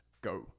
go